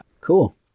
Cool